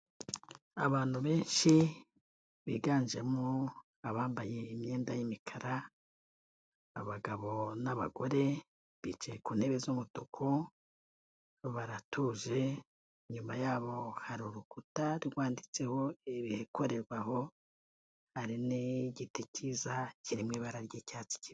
Abantu benshi biganjemo abambaye imyenda y'imikara, abagabo n'abagore bicaye ku ntebe z'umutuku, baratuje inyuma yabo hari urukuta rwanditseho ibikorerwa aho, hari n'igiti cyiza kirimo ibara ry'icyatsi kibisi.